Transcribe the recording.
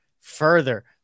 further